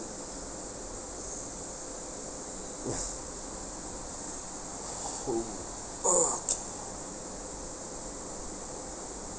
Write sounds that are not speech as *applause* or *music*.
*noise* holy *noise* okay